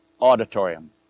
auditorium